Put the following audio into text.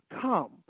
come